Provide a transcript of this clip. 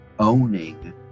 owning